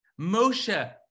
Moshe